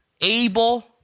Able